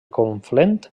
conflent